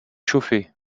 chauffée